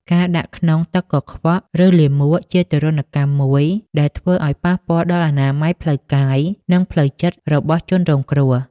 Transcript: ការដាក់ក្នុងទឹកកខ្វក់ ឬលាមកជាទារុណកម្មមួយដែលធ្វើឱ្យប៉ះពាល់ដល់អនាម័យផ្លូវកាយនិងផ្លូវចិត្តរបស់ជនរងគ្រោះ។